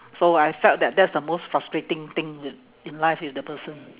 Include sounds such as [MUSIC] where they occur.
so I felt that that's the most frustrating thing [NOISE] in life with the person